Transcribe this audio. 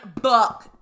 book